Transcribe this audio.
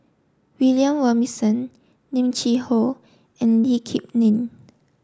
William Robinson Lim Cheng Hoe and Lee Kip Lin